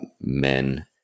men